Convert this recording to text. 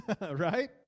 Right